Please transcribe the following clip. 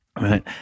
right